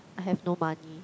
I have no money